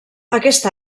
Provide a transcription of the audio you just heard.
aquest